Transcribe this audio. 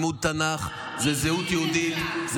לימוד תנ"ך הוא זהות יהודית,